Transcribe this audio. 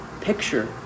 picture